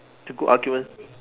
it's a good argument